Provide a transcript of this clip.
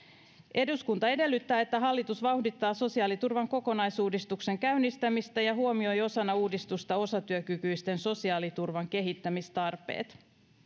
eduskunta edellyttää että hallitus vauhdittaa sosiaaliturvan kokonaisuudistuksen käynnistämistä ja huomioi osana uudistusta osatyökykyisten sosiaaliturvan kehittämistarpeet